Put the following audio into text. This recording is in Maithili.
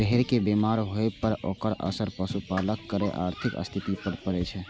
भेड़ के बीमार होइ पर ओकर असर पशुपालक केर आर्थिक स्थिति पर पड़ै छै